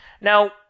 Now